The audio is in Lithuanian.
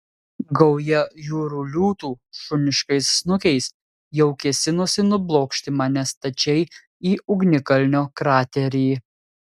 gauja jūrų liūtų šuniškais snukiais jau kėsinosi nublokšti mane stačiai į ugnikalnio kraterį